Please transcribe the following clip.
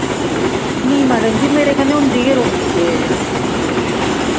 निं मैडम जी मेरे कन्नै होंदी गे रौंह्दी एह्